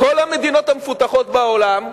בכל המדינות המפותחות בעולם,